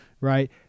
right